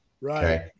right